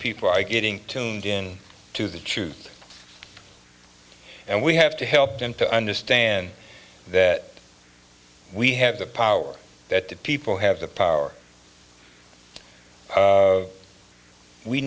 people are getting tuned in to the truth and we have to help them to understand that we have the power that people have the power